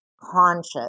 conscious